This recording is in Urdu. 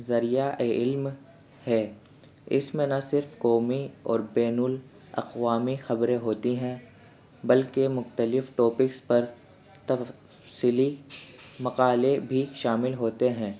ذریعہ علم ہے اس میں نہ صرف قومی اور بین الاقوامی خبریں ہوتی ہیں بلکہ مختلف ٹاپکس پر تفصیلی مقالے بھی شامل ہوتے ہیں